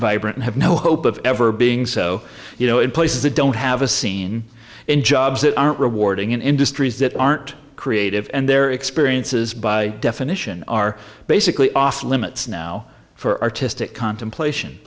vibrant and have no hope of ever being so you know in places that don't have a scene in jobs that aren't rewarding in industries that aren't creative and their experiences by definition are basically off limits now for artistic contemplati